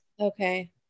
Okay